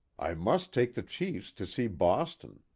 i must take the chiefs to see boston.